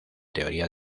teoría